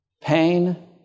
pain